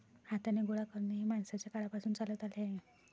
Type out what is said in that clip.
हाताने गोळा करणे हे माणसाच्या काळापासून चालत आले आहे